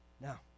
Now